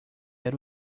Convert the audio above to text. era